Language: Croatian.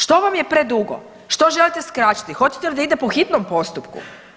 Što vam je predugo, što želite skratiti, hoćete li da ide po hitnom postupku?